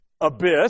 abyss